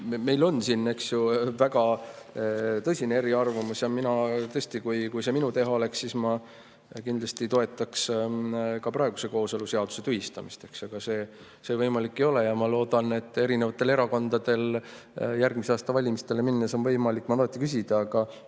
Meil on siin, eks ju, väga tõsine eriarvamus. Mina tõesti, kui see minu teha oleks, kindlasti toetaksin ka praeguse kooseluseaduse tühistamist. Aga see võimalik ei ole. Ma loodan, et erinevatel erakondadel on järgmise aasta valimistele minnes võimalik [selleks] mandaati küsida, aga